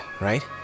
right